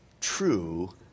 true